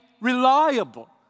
reliable